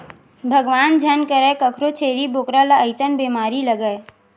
भगवान झन करय कखरो छेरी बोकरा ल अइसन बेमारी लगय